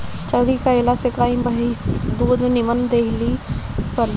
चरी कईला से गाई भंईस दूध निमन देली सन